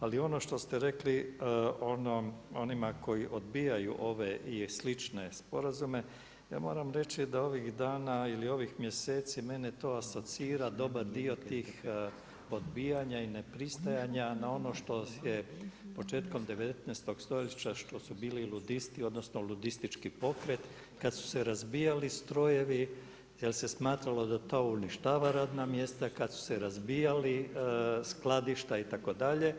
Ali ono što ste rekli onima koji odbijaju ove i slične sporazume ja moram reći da ovih dana ili ovih mjeseci mene to asocira dobar dio tih odbijanja i nepristajanja na ono što je početkom 19. stoljeća što su bili ludisti, odnosno ludistički pokret kad su se razbijali strojevi jer se smatralo da to uništava radna mjesta, kad su se razbijali skladišta itd.